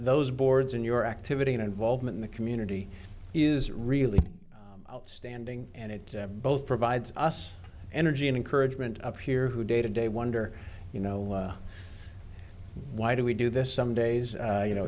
those boards and your activity and involvement in the community is really outstanding and it both provides us energy and encouragement up here who day to day wonder you know why do we do this some days you